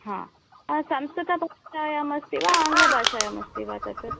हा संस्कृतभाषायामस्ति वा आङ्ग्लभाषायामस्ति वा तत्